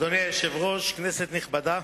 אדוני היושב-ראש, כנסת נכבדה,